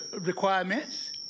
requirements